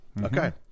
Okay